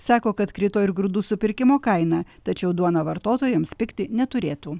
sako kad krito ir grūdų supirkimo kaina tačiau duona vartotojams pigti neturėtų